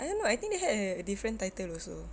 I don't know I think they had a different title also